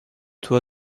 toi